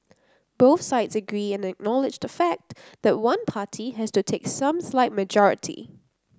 both sides agree and acknowledge the fact that one party has to take some slight majority